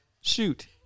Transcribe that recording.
Shoot